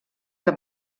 que